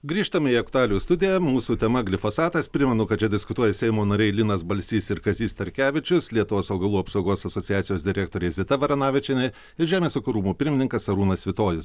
grįžtam į aktualijų studiją mūsų tema glifosatas primenu kad čia diskutuoja seimo nariai linas balsys ir kazys starkevičius lietuvos augalų apsaugos asociacijos direktorė zita varanavičienė ir žemės ūkio rūmų pirmininkas arūnas svitojus